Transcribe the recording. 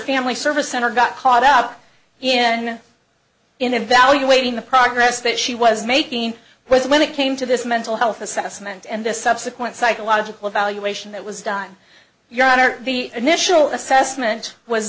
family service center got caught up in in evaluating the progress that she was making was when it came to this mental health assessment and the subsequent psychological evaluation that was done your honor the initial assessment was